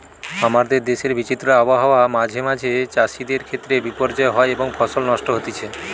আমাদের দেশের বিচিত্র আবহাওয়া মাঁঝে মাঝে চাষিদের ক্ষেত্রে বিপর্যয় হয় এবং ফসল নষ্ট হতিছে